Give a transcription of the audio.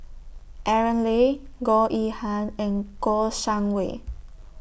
Aaron Lee Goh Yihan and Kouo Shang Wei